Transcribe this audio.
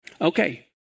Okay